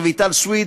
רויטל סויד,